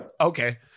okay